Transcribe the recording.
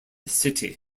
city